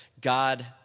God